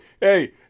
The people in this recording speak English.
Hey